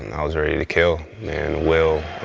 i was ready to kill. will